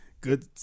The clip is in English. good